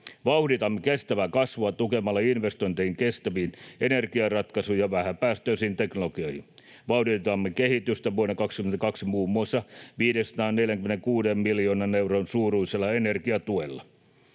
Vauhditamme kestävää kasvua tukemalla investointeja kestäviin energiaratkaisuihin ja vähäpäästöisiin teknologioihin. Vauhditamme kehitystä vuonna 22 muun muassa 546 miljoonan euron suuruisella energiatuella.